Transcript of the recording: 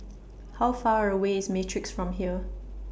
How Far away IS Matrix from here